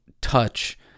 touch